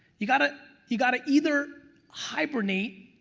you gotta you gotta either hibernate,